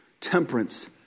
temperance